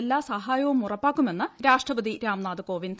എല്ലാസഹായവും ഉൾപ്പാക്കുമെന്ന് രാഷ്ട്രപതി രാംനാഥ് കോവിന്ദ്